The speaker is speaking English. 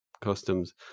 customs